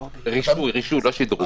רישוי, לא שדרוג.